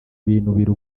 binubira